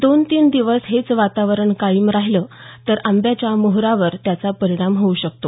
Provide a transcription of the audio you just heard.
दोन तीन दिवस हेच वातावरण कायम राहिलं तर आंब्याच्या मोहोरावर त्याचा परिणाम होऊ शकतो